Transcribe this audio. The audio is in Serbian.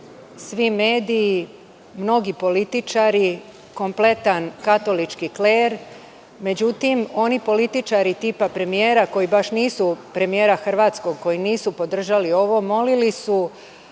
svi mediji, mnogi političari, kompletan katolički kler, međutim oni političari tipa premijera Hrvatske, koji baš nisu podržali ovo, molili su